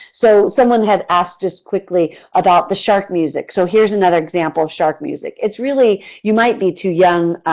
so someone had asked us quickly about the shark music, so here is another example of shark music. it's really you might be too young,